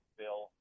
bill